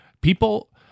people